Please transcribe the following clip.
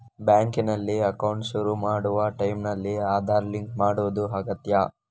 ಬ್ಯಾಂಕಿನಲ್ಲಿ ಅಕೌಂಟ್ ಶುರು ಮಾಡುವ ಟೈಂನಲ್ಲಿ ಆಧಾರ್ ಲಿಂಕ್ ಮಾಡುದು ಅಗತ್ಯ